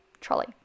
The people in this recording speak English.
trolley